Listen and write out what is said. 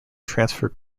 transfer